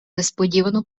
несподівано